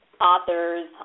authors